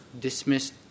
dismissed